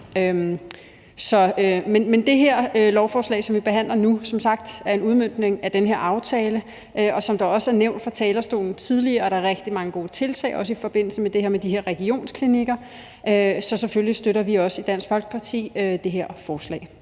Det lovforslag, som vi behandler nu, er som sagt en udmøntning af den her aftale, og som det også er blevet nævnt fra talerstolen tidligere, er der rigtig mange gode tiltag, også i forbindelse med det med de her regionsklinikker. Så selvfølgelig støtter vi også i Dansk Folkeparti det her forslag.